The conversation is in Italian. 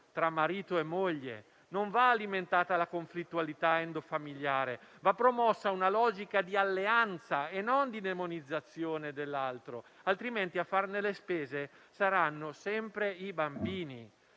tra marito e moglie; non va alimentata la conflittualità endofamiliare, ma promossa una logica di alleanza, non di demonizzazione dell'altro, altrimenti a farne le spese saranno sempre i bambini.